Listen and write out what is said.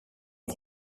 its